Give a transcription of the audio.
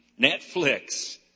Netflix